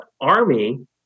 Army